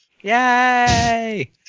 yay